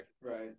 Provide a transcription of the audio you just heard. right